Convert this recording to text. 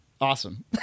Awesome